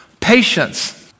patience